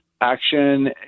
action